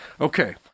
Okay